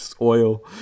oil